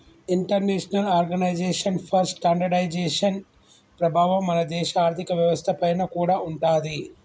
international organisation for standardisation ప్రభావం మన దేశ ఆర్ధిక వ్యవస్థ పైన కూడా ఉంటాది